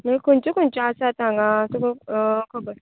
खंयच्यो खंयच्यो आसात हांगा तुका खबर